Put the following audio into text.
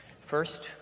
First